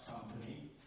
company